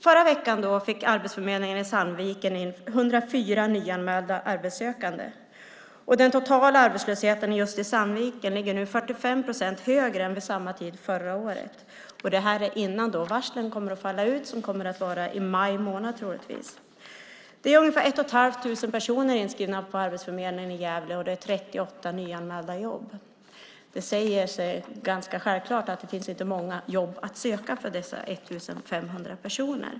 Förra veckan fick Arbetsförmedlingen i Sandviken in 104 nyanmälda arbetssökande. Den totala arbetslösheten i Sandviken ligger nu 45 procent högre än vid samma tid förra året, detta innan varslen faller ut, vilket troligtvis kommer att ske i maj månad. Vi har ungefär 1 500 personer inskrivna på Arbetsförmedlingen i Gävle, och det är 38 nyanmälda jobb. Det säger sig självt att det inte finns många jobb att söka för dessa 1 500 personer.